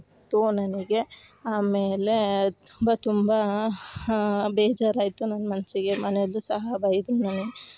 ಇತ್ತು ನನಗೆ ಆಮೇಲೆ ತುಂಬ ತುಂಬ ಬೇಜಾರಾಯಿತು ನನ್ನ ಮನಸಿಗೆ ಮನೆಯಲ್ಲೂ ಸಹ ಬೈದರು ನನಗ್